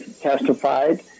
testified